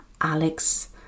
Alex